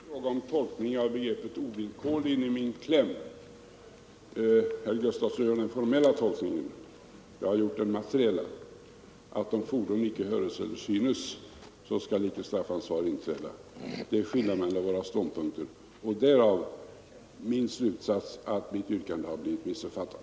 Herr talman! Det är fråga om tolkningen av begreppet ”ovillkorligen” i min kläm. Herr Sven Gustafson i Göteborg gör den formella tolkningen. Jag har gjort den materiella, att om fordon inte hörs eller syns skall straffansvar inte inträda. Det är skillnaden mellan våra ståndpunkter, och därav följer min slutsats att mitt yrkande har blivit missuppfattat.